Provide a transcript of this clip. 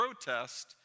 protest